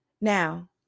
Now